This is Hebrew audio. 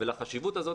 והחשיבות הזאת,